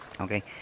Okay